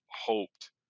hoped